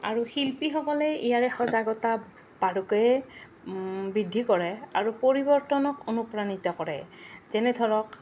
আৰু শিল্পীসকলে ইয়াৰে সজাগতা বাৰুকৈয়ে বৃদ্ধি কৰে আৰু পৰিৱৰ্তনক অনুপ্ৰাণিত কৰে যেনে ধৰক